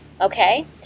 okay